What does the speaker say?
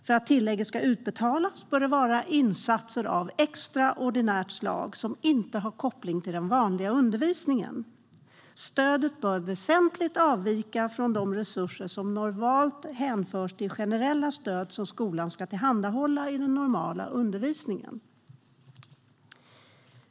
För att tillägget ska utbetalas bör det handla om insatser av extraordinärt slag som inte har koppling till den vanliga undervisningen. Stödet bör avvika väsentligt från de resurser som normalt hänförs till det generella stöd som skolan ska tillhandahålla i den normala undervisningen.